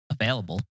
available